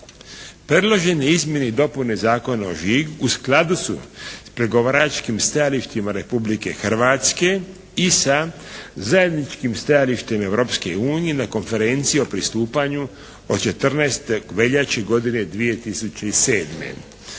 Predložene izmjene i dopune Zakona o žigu u skladu su s pregovaračkim stajalištima Republike Hrvatske i sa zajedničkim stajalištem Europske unije na Konferenciji o pristupanju od 14. veljače godine 2007.